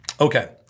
Okay